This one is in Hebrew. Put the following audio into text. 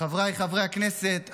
חבריי חברי הכנסת,